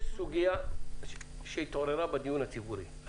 יש סוגיה שהתעוררה בדיון הציבורי.